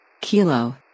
Kilo